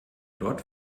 dort